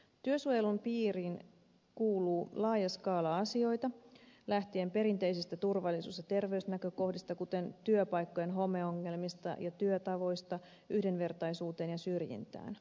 työsuojelun piiriin kuuluu laaja skaala asioita lähtien perinteisistä turvallisuus ja terveysnäkökohdista kuten työpaikkojen homeongelmista ja työtavoista yhdenvertaisuuteen ja syrjintään